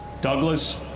Douglas